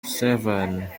seven